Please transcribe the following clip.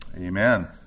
Amen